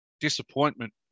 disappointment